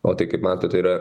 o tai kaip matote yra